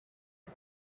him